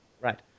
Right